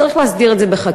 צריך להסדיר את זה בחקיקה,